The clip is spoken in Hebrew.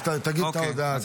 תגיד גם את ההודעה.